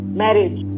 marriage